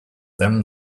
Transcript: them